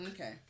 okay